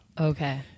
Okay